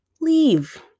leave